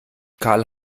karl